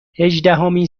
هجدهمین